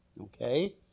Okay